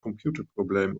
computerprobleem